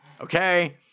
Okay